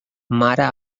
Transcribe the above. mare